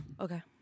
Okay